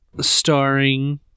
starring